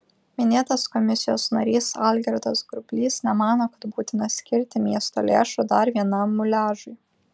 minėtos komisijos narys algirdas grublys nemano kad būtina skirti miesto lėšų dar vienam muliažui